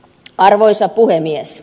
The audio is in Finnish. arvoisa puhemies